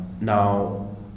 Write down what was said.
Now